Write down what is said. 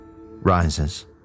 rises